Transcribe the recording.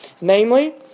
namely